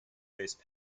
based